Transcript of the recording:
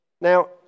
Now